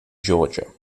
georgia